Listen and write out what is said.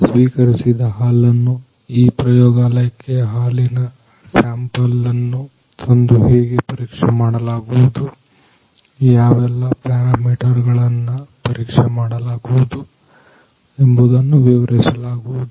ಸ್ವೀಕರಿಸಿದ ಹಾಲನ್ನ ಈ ಪ್ರಯೋಗಾಲಯಕ್ಕೆ ಹಾಲಿನ ಸ್ಯಾಂಪಲನ್ನು ತಂದು ಹೇಗೆ ಪರೀಕ್ಷೆ ಮಾಡಲಾಗುವುದುಯಾವೆಲ್ಲಾ ಪ್ಯಾರಾಮೀಟರ್ ಗಳನ್ನು ಪರೀಕ್ಷೆ ಮಾಡಲಾಗುವುದು ಎಂಬುದನ್ನು ವಿವರಿಸಲಾಗುವುದು